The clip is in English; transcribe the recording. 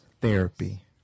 therapy